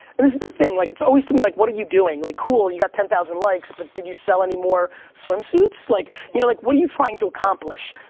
and this is the thing, like it's always to me, like what are you doing? like, cool, you got ten thousand likes, but did you sell anymore swimsuits? like you know like what are you trying to accomplish?